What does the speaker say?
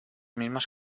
mismas